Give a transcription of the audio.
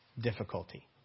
difficulty